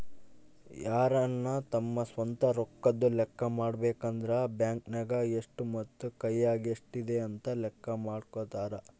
ಯಾರನ ತಮ್ಮ ಸ್ವಂತ ರೊಕ್ಕದ್ದು ಲೆಕ್ಕ ಮಾಡಬೇಕಂದ್ರ ಬ್ಯಾಂಕ್ ನಗ ಎಷ್ಟು ಮತ್ತೆ ಕೈಯಗ ಎಷ್ಟಿದೆ ಅಂತ ಲೆಕ್ಕ ಮಾಡಕಂತರಾ